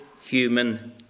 human